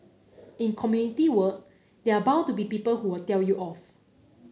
in community work there are bound to be people who will tell you off